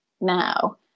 now